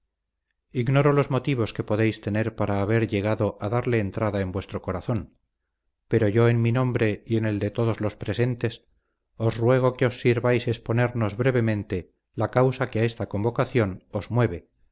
ignoro los motivos que podéis tener para haber llegado a darle entrada en vuestro corazón pero yo en mi nombre y en el de todos los presentes os ruego que os sirváis exponernos brevemente la causa que a esta convocación os mueve